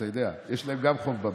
אתה יודע, יש להם גם חוב בבנק,